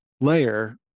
layer